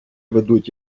ведуть